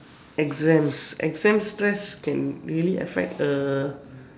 exams exam stress can really affect a